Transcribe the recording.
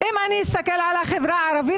אם אני אסתכל על החברה הערבית,